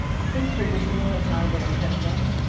i think traditionally it's not a very good thing